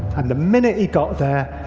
and the minute he got there,